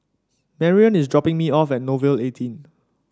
Marrion is dropping me off at Nouvel eighteen